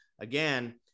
Again